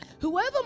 whoever